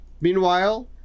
meanwhile